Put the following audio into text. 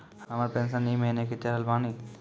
हमर पेंशन ई महीने के चढ़लऽ बानी?